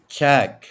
check